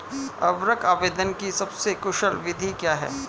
उर्वरक आवेदन की सबसे कुशल विधि क्या है?